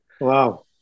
wow